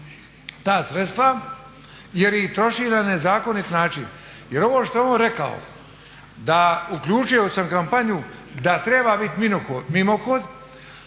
ta sredstva jer ih troši na nezakonit način. Jer ovo što je on rekao da uključio sam kampanju da treba biti mimohod,